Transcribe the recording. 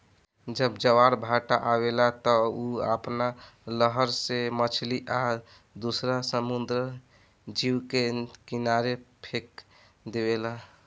जब ज्वार भाटा आवेला त उ आपना लहर से मछली आ दुसर समुंद्री जीव के किनारे फेक देवेला